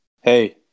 Hey